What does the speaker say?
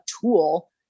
tool